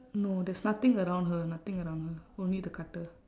no there's nothing around her nothing around her only the cutter